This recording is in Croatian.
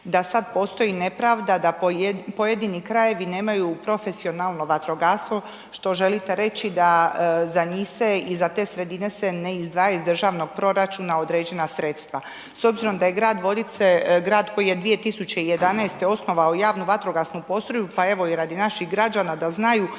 da sad postoji nepravda da pojedini krajevi nemaju profesionalno vatrogastvo što želite reći da za njih se i za te sredine se ne izdvajaju iz državnog proračuna određena sredstva. S obzirom da je grad Vodice grad koji je 2011. osnovao javnu vatrogasnu postrojbu, pa evo i radi naših građana da znaju,